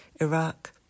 Iraq